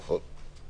נכון.